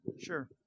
Sure